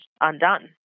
undone